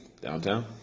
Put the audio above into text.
downtown